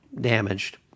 damaged